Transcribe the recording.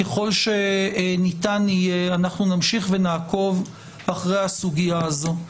ככל שניתן יהיה אנחנו נמשיך לעקוב אחר הסוגיה הזאת.